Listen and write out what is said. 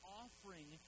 offering